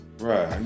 right